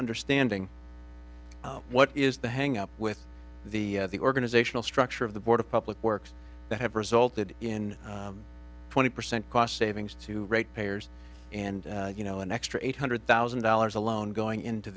understanding what is the hang up with the the organizational structure of the board of public works that have resulted in twenty percent cost savings to rate payers and you know an extra eight hundred thousand dollars alone going into